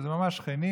שהם ממש שכנים,